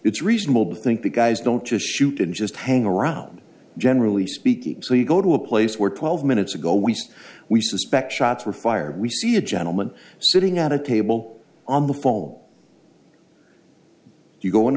it's reasonable to think the guys don't just shoot and just hang around generally speaking so you go to a place where twelve minutes ago we said we suspect shots were fired we see a gentleman sitting at a table on the fall you go a